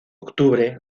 octubre